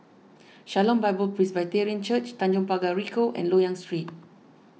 Shalom Bible Presbyterian Church Tanjong Pagar Ricoh and Loyang Street